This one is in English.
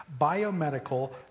biomedical